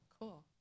Cool